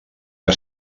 que